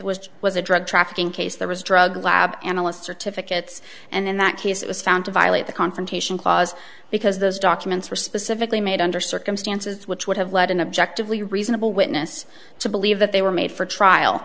was was a drug trafficking case there was drug lab analyst certificates and in that case it was found to violate the confrontation clause because those documents were specifically made under circumstances which would have led an objective lee reasonable witness to believe that they were made for trial